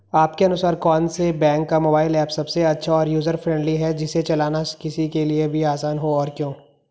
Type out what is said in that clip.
आपके अनुसार कौन से बैंक का मोबाइल ऐप सबसे अच्छा और यूजर फ्रेंडली है जिसे चलाना किसी के लिए भी आसान हो और क्यों?